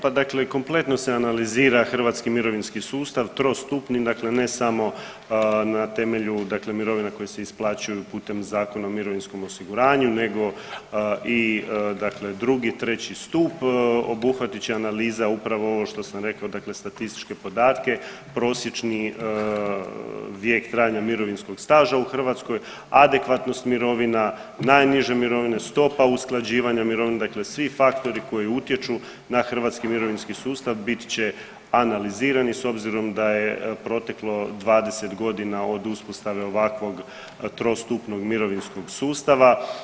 Pa dakle, kompletno se analizira hrvatski mirovinski sustav trostupni, dakle ne samo na temelju mirovina koje se isplaćuju putem Zakona o mirovinskom osiguranju nego i 2. i 3. stup obuhvatit će analiza upravo ovo što sam rekao dakle statističke podatke, prosječni vijek trajanja mirovinskog staža u Hrvatskoj, adekvatnost mirovina, najniže mirovine, stopa usklađivanja mirovine dakle svi faktori koji utječu na hrvatski mirovinski sustav bit će analizirani s obzirom da je proteklo 20 godina od uspostave ovakvog trostupnog mirovinskog sustava.